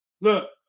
look